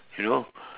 you know